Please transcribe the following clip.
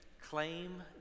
Claim